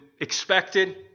expected